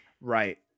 right